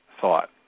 thought